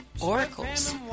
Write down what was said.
oracles